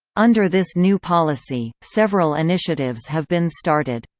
under this new policy, several initiatives have been started.